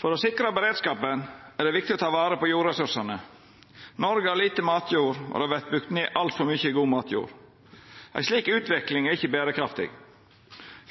For å sikra beredskapen er det viktig å ta vare på jordressursane. Noreg har lite matjord, og det vert bygd ned altfor mykje god matjord. Ei slik utvikling er ikkje berekraftig.